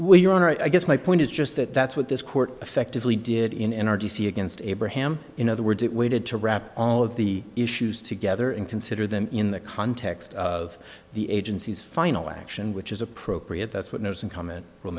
where your honor i guess my point is just that that's what this court effectively did in our d c against abraham in other words it waited to wrap all of the issues together and consider them in the context of the agency's final action which is appropriate that's what those in com